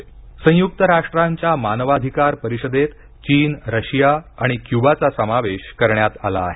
मानवाधिकार परिषद संयुक्त राष्ट्रांच्या मानवाधिकार परिषदेत चीन रशिया आणि क्युबाचा समावेश करण्यात आला आहे